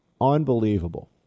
unbelievable